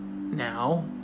Now